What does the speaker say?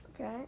Okay